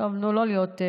טוב, נו, לא להיות,